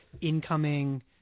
incoming